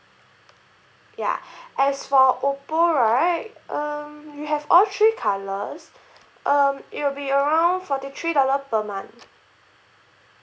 ya as for oppo right um we have all three colours um it will be around forty three dollar per month